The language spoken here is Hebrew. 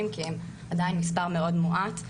אני עדיין סופרת הנשים כי הן עדיין מספר מאוד מועט.